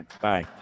Bye